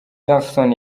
jackson